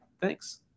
Thanks